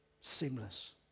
Seamless